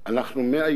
אנחנו מהיום